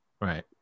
right